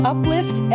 Uplift